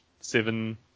seven